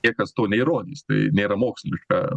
niekas to neįrodys tai nėra moksliška